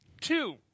two